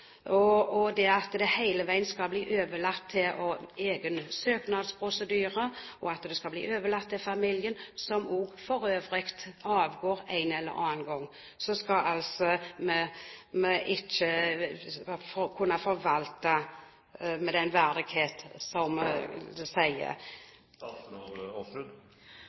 Det skal hele veien overlates til egen søknadsprosedyre, og det skal overlates til familien – som også for øvrig avgår en eller annen gang. Skal vi ikke kunne forvalte disse gravene «med den verdighet som deres egenart tilsier»? Det